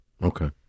Okay